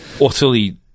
utterly